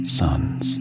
sons